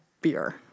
beer